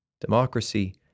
democracy